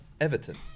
Everton